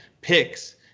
picks